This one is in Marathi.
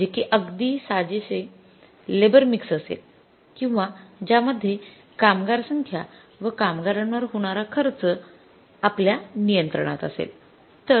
जे कि अगदी साजेसे लेबर मिक्स असेल किंवा ज्यामध्ये कामगार संख्या व कामगारांवर होणार खर्च आपल्या नियंत्रणात असेल